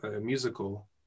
musical